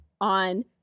on